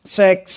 sex